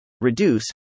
reduce